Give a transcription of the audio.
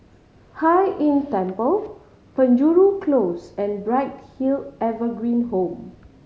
Hai Inn Temple Penjuru Close and Bright Hill Evergreen Home